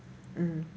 mm